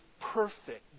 perfect